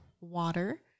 water